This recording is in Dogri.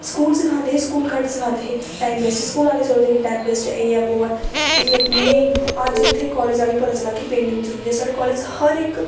स्कूल सखांदे हे स्कूल घट्ट सखांदे हे टाइम वेस्ट स्कूल आह्ले सोचदे हे कि टाईम बेस्ट ऐ जे ऐ बो ऐ ते ने अज्ज इत्थें कालेज़ आनियै पता चलेआ कि पेंटिंग जरूरी ऐ साढ़े कालेज हर इक